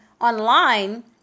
online